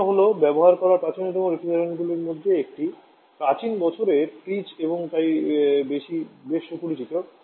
ammonia হল ব্যবহার করা প্রাচীনতম রেফ্রিজারেন্টগুলির মধ্যে একটি প্রাচীন বছরের ফ্রিজ এবং তাই এটি বেশ সুপরিচিত